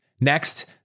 Next